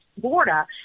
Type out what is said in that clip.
Florida